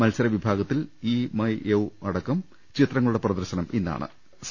മത്സരവിഭാ ഗത്തിൽ ഇ മാ യൌ അടക്കം ചിത്രങ്ങളുടെ പ്രദർശനം ഇന്നാ ണ്